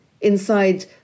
inside